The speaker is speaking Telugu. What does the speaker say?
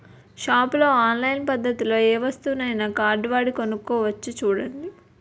షాపుల్లో ఆన్లైన్ పద్దతిలో ఏ వస్తువునైనా కార్డువాడి కొనుక్కోవచ్చు చూడండి